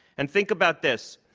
and think about this.